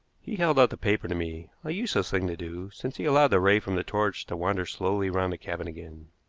he held out the paper to me, a useless thing to do, since he allowed the ray from the torch to wander slowly round the cabin again.